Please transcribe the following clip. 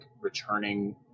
returning